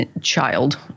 child